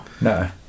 no